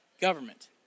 Government